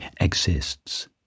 exists